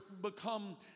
become